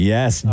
Yes